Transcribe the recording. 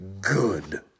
good